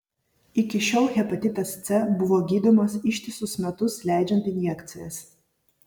iki šiol hepatitas c buvo gydomas ištisus metus leidžiant injekcijas